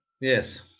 Yes